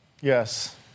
Yes